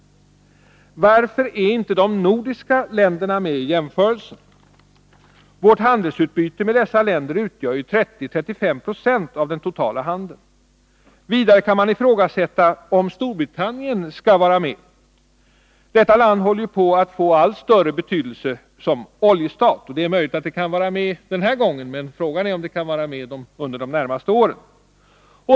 Varför är inte de nordiska länderna med i jämförelsen? Vårt handelsutbyte med dessa länder utgör ju 30 å 35 90 av den totala handeln. Vidare kan man ifrågasätta om Storbritannien skall vara med. Detta land håller ju på att få allt större betydelse som oljestat. Det är möjligt att landet kan vara med den här gången, men frågan är om det kan vara med under de närmaste åren.